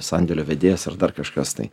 sandėlio vedėjas ir dar kažkas tai